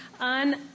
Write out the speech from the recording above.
on